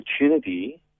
opportunity